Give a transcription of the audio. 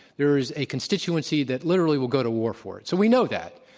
there is a constituency that literally will go to war for it. so, we know that.